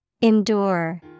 Endure